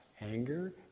anger